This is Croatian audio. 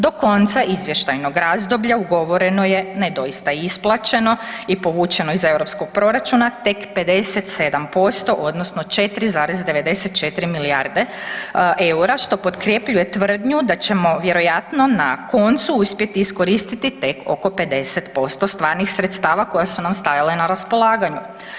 Do konca izvještajnog razdoblja ugovoreno je, ne doista i isplaćeno i povučeno iz EU proračuna, tek 57% odnosno 4,94 milijarde eura, što potkrjepljuje tvrdnju da ćemo vjerojatno na koncu uspjeti iskoristiti tek oko 50% stvarnih sredstava koji su nam stajale na raspolaganju.